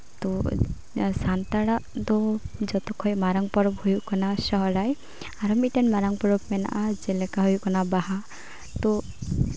ᱛᱳ ᱥᱟᱱᱛᱟᱲᱟᱜ ᱫᱚ ᱡᱚᱛᱚᱠᱷᱚᱱ ᱢᱟᱨᱟᱝ ᱯᱚᱨᱚᱵᱽ ᱦᱩᱭᱩᱜ ᱠᱟᱱᱟ ᱦᱩᱭᱩᱜ ᱠᱟᱱᱟ ᱥᱚᱦᱚᱨᱟᱭ ᱟᱨ ᱢᱤᱫᱴᱮᱱ ᱢᱟᱨᱟᱝ ᱯᱚᱨᱚᱵᱽ ᱢᱮᱱᱟᱜᱼᱟ ᱡᱮᱞᱮᱠᱟ ᱦᱩᱭᱩᱜ ᱠᱟᱱᱟ ᱵᱟᱦᱟ ᱛᱳ